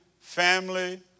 family